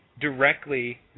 directly